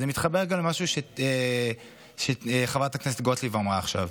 זה מתחבר גם למשהו שחברת הכנסת גוטליב אמרה עכשיו.